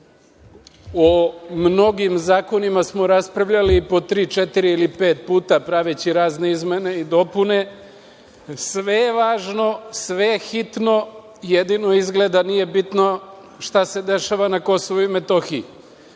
O mnogim zakonima smo raspravljali po tri, četiri ili pet puta, praveći razne izmene i dopune. Sve je važno, sve je hitno, jedino izgleda nije bitno šta se dešava na Kosovu i Metohiji. Podsetiću